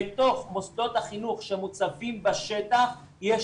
בתוך מוסדות החינוך שמוצבים בשטח יש